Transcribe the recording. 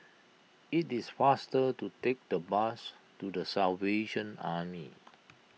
it is faster to take the bus to the Salvation Army